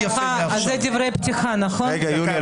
אני